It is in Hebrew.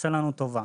עושה לנו טובה.